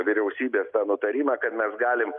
vyriausybės tą nutarimą kad mes galim